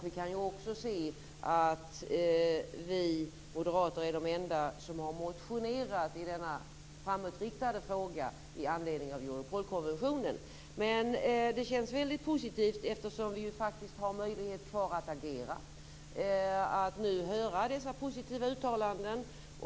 Vi kan också se att vi moderater är de enda som har motionerat i denna framåtriktade fråga i anledning av Europolkonventionen. Det känns väldigt positivt, eftersom vi faktiskt har möjlighet kvar att agera, att nu höra dessa positiva uttalanden.